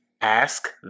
Ask